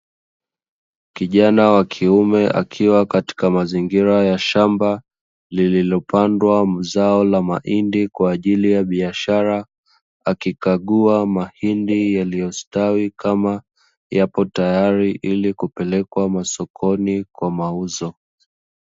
Kijana wa kiume akiwa katika mazingira ya shamba lililopandwa zao la mahindi kwa ajili ya biashara akikagua mahindi yaliyostawi kama yapo tayari ili kupelekwa masokoni kwa mauzo.